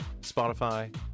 Spotify